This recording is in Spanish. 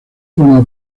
forma